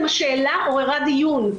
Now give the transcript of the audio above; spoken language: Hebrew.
והשאלה עוררה דיון,